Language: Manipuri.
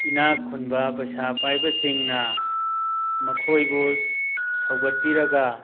ꯏꯅꯥꯛꯈꯨꯟꯕ ꯄꯩꯁꯥ ꯄꯥꯏꯕꯁꯤꯡꯅ ꯃꯈꯣꯏꯕꯨ ꯁꯧꯒꯠꯄꯤꯔꯒ